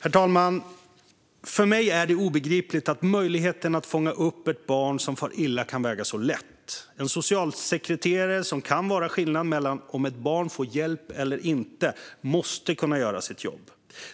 Herr talman! För mig är det obegripligt att möjligheten att fånga upp ett barn som far illa kan väga så lätt. En socialsekreterare, som kan vara skillnaden mellan om ett barn får hjälp eller inte, måste kunna göra sitt jobb.